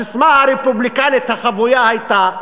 הססמה הרפובליקנית החבויה הייתה,